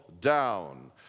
down